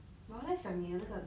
我还在想你的那个